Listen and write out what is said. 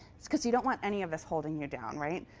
it's because you don't want any of us holding you down, right?